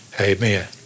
Amen